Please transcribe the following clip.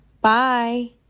Bye